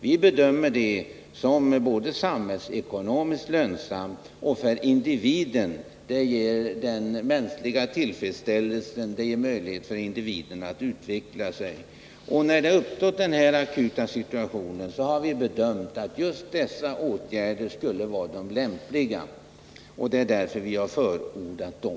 Vi bedömer det som både samhällsekonomiskt lönsamt och bäst för individen, eftersom det ger individen möjlighet att utvecklas och finna den tillfredsställelse ett arbete utgör. När den här akuta situationen nu har uppstått har vi bedömt att just dessa åtgärder skulle vara lämpliga, och därför har vi förordat dem.